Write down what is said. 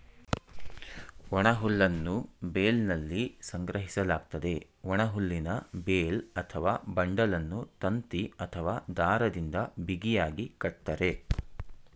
ಒಣಹುಲ್ಲನ್ನು ಬೇಲ್ನಲ್ಲಿ ಸಂಗ್ರಹಿಸಲಾಗ್ತದೆ, ಒಣಹುಲ್ಲಿನ ಬೇಲ್ ಅಥವಾ ಬಂಡಲನ್ನು ತಂತಿ ಅಥವಾ ದಾರದಿಂದ ಬಿಗಿಯಾಗಿ ಕಟ್ತರೆ